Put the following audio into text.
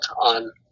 on